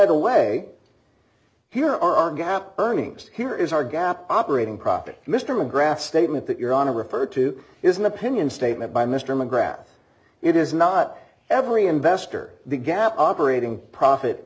the way here are our gap earnings here is our gap operating profit mr mcgrath statement that you're on to refer to is an opinion statement by mr mcgrath it is not every investor the gap operating profit